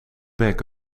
back